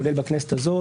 כולל בכנסת הזאת,